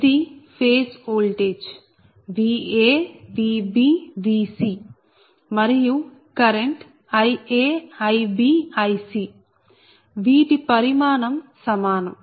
ఇది ఫేజ్ ఓల్టేజ్Va VbVcమరియు కరెంట్ IaIbIc వీటి పరిమాణం సమానం